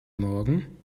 morgen